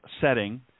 setting